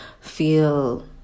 feel